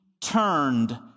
turned